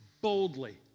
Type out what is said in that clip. boldly